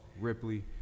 Ripley